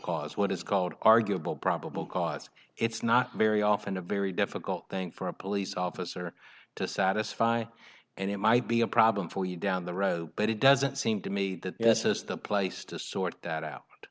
cause what is called arguable probable cause it's not very often a very difficult thing for a police officer to satisfy and it might be a problem for you down the road but it doesn't seem to me that this is the place to sort that out